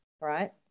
right